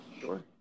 Sure